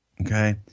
Okay